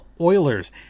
Oilers